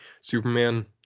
Superman